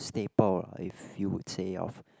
staple lah if you would say of